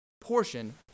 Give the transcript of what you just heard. Portion